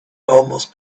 almost